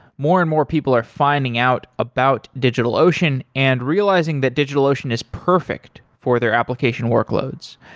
more and more people are finding out about digitalocean and realizing that digitalocean is perfect for their application workloads.